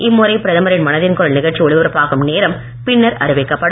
இம்முறை பிரதமரின் மனதின் குரல் நிகழ்ச்சி ஒலிபரப்பாகும் நேரம் பின்னர் அறிவிக்கப்படும்